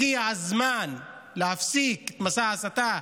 הגיע הזמן להפסיק את מסע ההסתה,